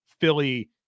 Philly